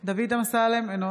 בהצבעה דוד אמסלם, אינו